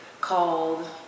called